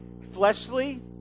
fleshly